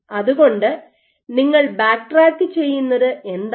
അതുകൊണ്ട് നിങ്ങൾ ബാക്ക്ട്രാക്ക് ചെയ്യുന്നത് എന്താണ്